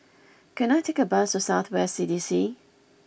can I take a bus to South West C D C